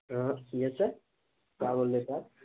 ہاں ہاں yes sir کا بول رہے تھے آپ